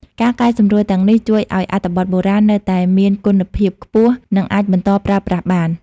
ការកែសម្រួលទាំងនេះជួយឱ្យអត្ថបទបុរាណនៅតែមានគុណភាពខ្ពស់ និងអាចបន្តប្រើប្រាស់បាន។